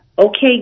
Okay